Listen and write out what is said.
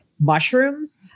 mushrooms